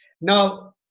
Now